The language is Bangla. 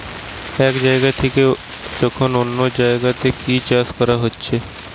এক জাগা থিকে যখন অন্য জাগাতে কি চাষ কোরা হচ্ছে